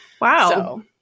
Wow